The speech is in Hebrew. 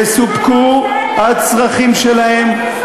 יסופקו הצרכים שלהם, איזה יסופקו?